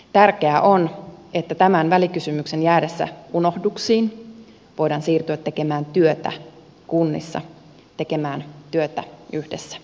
tärkeää on että tämän välikysymyksen jäädessä unohduksiin voidaan siirtyä tekemään työtä kunnissa tekemään työtä yhdessä